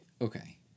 Okay